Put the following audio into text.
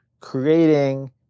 creating